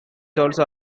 also